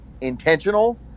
intentional